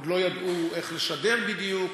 עוד לא ידעו איך לשדר בדיוק.